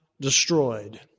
destroyed